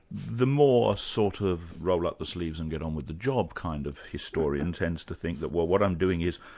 the more sort of roll-up-the-sleeves-and-get-on-with-the-job kind of historian, tends to think that, what what i'm doing is,